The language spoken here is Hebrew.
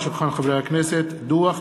הצעת חוק החברות (תיקון,